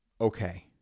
okay